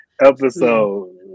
episode